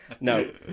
no